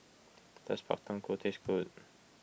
does Pak Thong Ko taste good